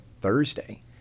thursday